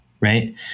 Right